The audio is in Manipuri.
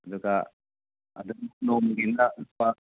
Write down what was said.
ꯑꯗꯨꯒ ꯑꯗꯨꯝ ꯅꯣꯡꯃꯒꯤꯅ ꯂꯨꯄꯥ